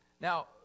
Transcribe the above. Now